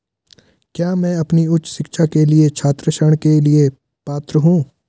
क्या मैं अपनी उच्च शिक्षा के लिए छात्र ऋण के लिए पात्र हूँ?